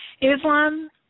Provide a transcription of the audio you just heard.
Islam